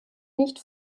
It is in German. nicht